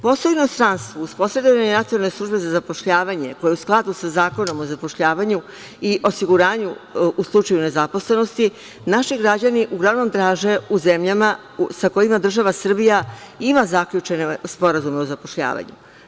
Posao u inostranstvu uz posredovanje Nacionalne službe za zapošljavanje koje je u skladu sa Zakonom o zapošljavanju i osiguranju u slučaju nezaposlenosti, naši građani uglavnom traže u zemljama sa kojima država Srbija ima zaključene sporazume o zapošljavanju.